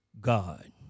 God